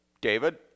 David